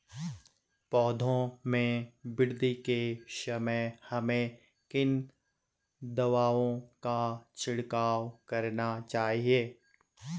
पौधों में वृद्धि के समय हमें किन दावों का छिड़काव करना चाहिए?